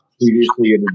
Previously